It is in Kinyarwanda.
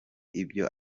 ibyo